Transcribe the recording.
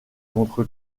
contre